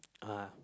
uh